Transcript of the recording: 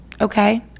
okay